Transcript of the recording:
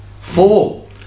four